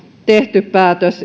tehty päätös